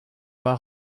pas